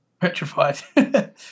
petrified